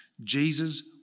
Jesus